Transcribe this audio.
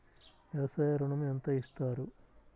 వ్యవసాయ ఋణం ఎంత ఇస్తారు?